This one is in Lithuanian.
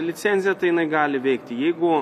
licencija tai jinai gali veikti jeigu